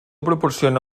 proporciona